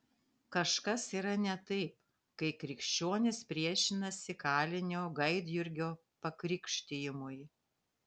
kažkas yra ne taip kai krikščionys priešinasi kalinio gaidjurgio pakrikštijimui